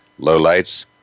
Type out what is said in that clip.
lowlights